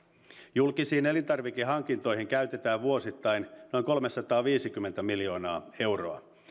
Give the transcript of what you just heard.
julkisiin elintarvikehankintoihin käytetään vuosittain noin kolmesataaviisikymmentä miljoonaa euroa